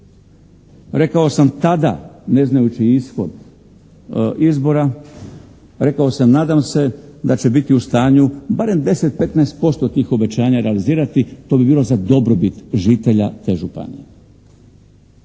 Rekao sam tada, ne znajući ishod izbora, rekao sam nadam se da će biti u stanju barem 10-15% tih obećanja realizirati, to bi bilo za dobrobit žitelja te županije.